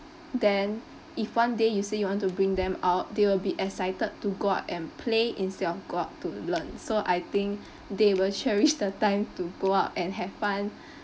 then if one day you say you want to bring them out they will be excited to go out and play instead of go out to learn so I think they will cherish the time to go out and have fun